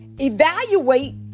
evaluate